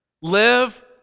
Live